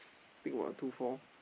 think what two four